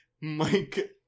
Mike